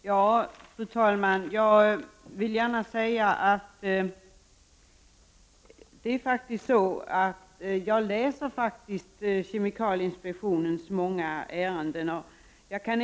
Fru talman! Till Åsa Domeij vill jag säga att jag faktiskt läser kemikalieinspektionens många skrifter.